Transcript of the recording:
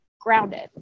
Grounded